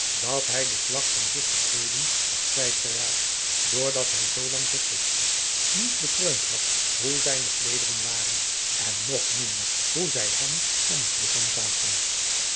dat hij den slag van zich te kleeden was kwijt geraakt door dat hij zoolang zich volstrekt niet bekreund had hoe zijne kleederen waren en nog minder hoe zij hem aan het ligchaam zaten